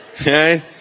Okay